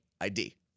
ID